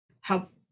help